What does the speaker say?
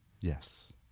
Yes